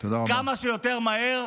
תלכו הביתה כמה שיותר מהר.